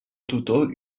tutor